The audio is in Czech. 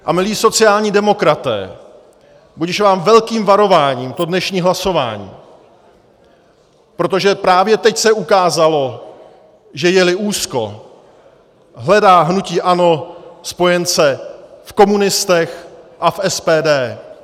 A milí sociální demokraté, budiž vám velkým varováním to dnešní hlasování, protože právě teď se ukázalo, že jeli úzko, hledá hnutí ANO spojence v komunistech a v SPD.